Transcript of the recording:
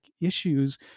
issues